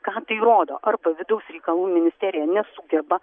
ką tai rodo arba vidaus reikalų ministerija nesugeba